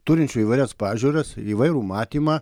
turinčių įvairias pažiūras įvairų matymą